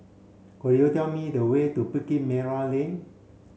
could you tell me the way to Bukit Merah Lane